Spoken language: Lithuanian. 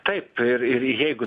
taip ir ir jeigu